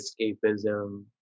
escapism